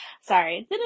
Sorry